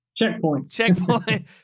Checkpoints